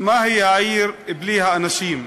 מהי העיר בלי האנשים,